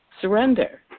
surrender